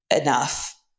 enough